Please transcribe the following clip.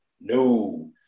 No